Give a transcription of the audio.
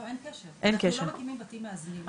לא, אין קשר, אנחנו לא מקימים בתים מאזנים.